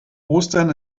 ostern